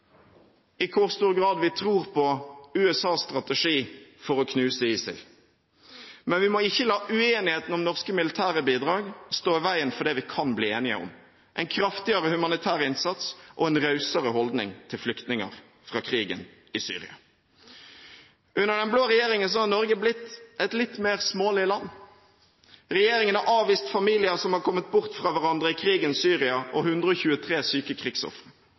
i hvor stor grad vi tror på USAs strategi for å knuse ISIL. Men vi må ikke la uenigheten om norske militære bidrag stå i veien for det vi kan bli enige om: en kraftigere humanitær innsats og en rausere holdning til flyktninger fra krigen i Syria. Under den blå regjeringen har Norge blitt et litt mer smålig land. Regjeringen har avvist familier som har kommet bort fra hverandre i krigens Syria og 123 syke krigsofre,